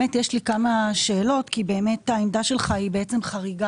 יש לי כמה שאלות כי באמת העמדה שלך היא חריגה